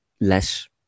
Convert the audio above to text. less